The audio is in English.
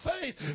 faith